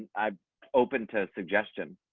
i'm open to suggestion,